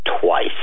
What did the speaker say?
twice